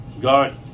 God